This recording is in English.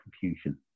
confusion